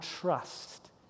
trust